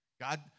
God